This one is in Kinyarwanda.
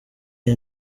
iyi